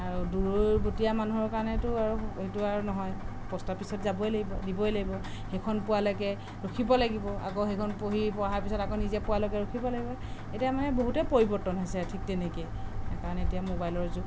আৰু দূৰৈবতীয়া মানুহৰ কাৰণেতো আৰু সেইটো আৰু নহয় প'ষ্ট অফিচত যাবই লাগিব দিবই লাগিব সেইখন পোৱালৈকে ৰখিব লাগিব আকৌ সেইখন পঢ়ি পঢ়াৰ পিছত আকৌ নিজে পোৱালৈকে ৰখিব লাগিব এতিয়া মানে বহুতেই পৰিবৰ্তন হৈছে ঠিক তেনেকৈ কাৰণ এতিয়া ম'বাইলৰ যুগ